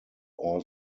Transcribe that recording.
all